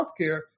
healthcare